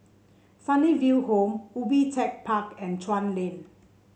Sunnyville Home Ubi Tech Park and Chuan Lane